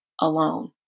alone